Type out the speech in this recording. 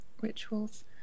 rituals